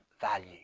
value